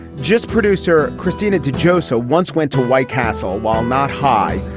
just producer christina de jozo once went to white castle while not high,